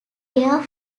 air